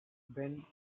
ben